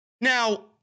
Now